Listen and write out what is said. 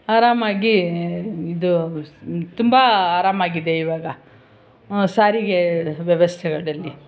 ಆರಾಮಾಗಿ ಇದು ತುಂಬ ಆರಾಮಾಗಿದೆ ಈವಾಗ ಸಾರಿಗೆ ವ್ಯವಸ್ಥೆಗಳಲ್ಲಿ